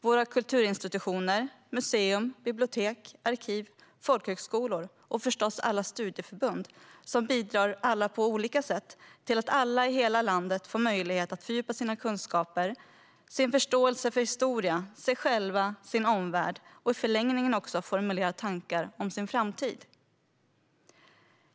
Våra kulturinstitutioner, museer, bibliotek, arkiv, folkhögskolor och förstås alla studieförbund bidrar alla på olika sätt till att alla i hela landet får möjlighet att fördjupa sina kunskaper, sin förståelse för historien, sig själva, sin omvärld och i förlängningen också kunna formulera tankar om sin framtid.